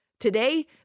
Today